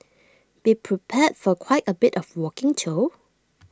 be prepared for quite A bit of walking though